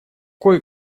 кое